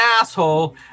asshole